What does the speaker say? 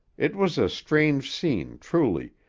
it was a strange scene truly,